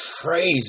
crazy